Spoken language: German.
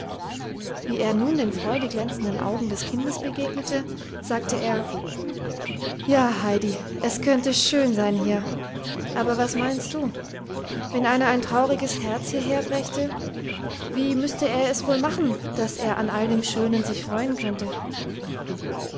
wie er nun den freudeglänzenden augen des kindes begegnete sagte er ja heidi es könnte schön sein hier aber was meinst du wenn einer ein trauriges herz hierher brächte wie müßte er es wohl machen daß er an all dem schönen sich freuen könnte